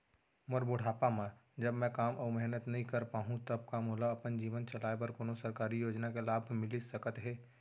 मोर बुढ़ापा मा जब मैं काम अऊ मेहनत नई कर पाहू तब का मोला अपन जीवन चलाए बर कोनो सरकारी योजना के लाभ मिलिस सकत हे?